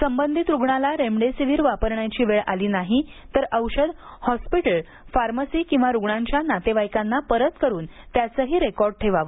संबंधित रुग्णाला रेमडिसिविर वापरण्याची वेळ आली नाही तर औषध हॉस्पिटल फार्मसी किंवा रुणांच्या नातेवाईकांना परत करून त्याचेही रेकॉर्ड ठेवावे